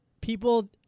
people